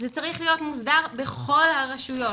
זה צריך להיות מוסדר בכל הרשויות.